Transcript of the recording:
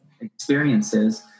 experiences